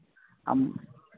ᱟᱢ